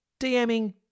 dming